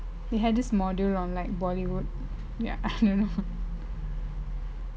he had this module on like bollywood ya I don't know